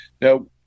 now